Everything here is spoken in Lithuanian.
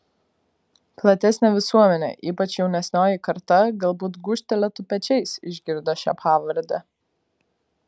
platesnė visuomenė ypač jaunesnioji karta galbūt gūžtelėtų pečiais išgirdę šią pavardę